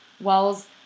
Wells